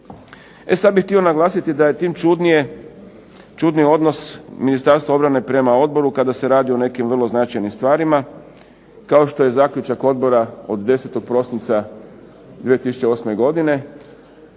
E sad bih htio naglasiti da je tim čudnije, čudni odnos Ministarstva obrane prema odboru kada se radi o nekim vrlo značajnim stvarima kao što je zaključak odbora od 10. prosinca 2008. godine